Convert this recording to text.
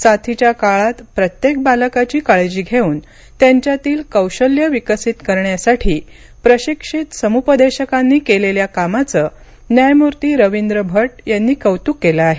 साथीच्या काळात प्रत्येक बालकाची काळजी घेऊन त्यांच्यातील कौशल्यं विकसित करण्यासाठी प्रशिक्षित समुपदेशकांनी केलेल्या कामाचं न्यायमूर्ती रवींद्र भट यांनी कौतुक केलं आहे